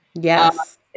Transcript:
Yes